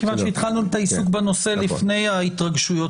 מכיוון שהתחלנו את העיסוק בנושא לפני ההתרגשויות